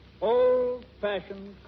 Old-fashioned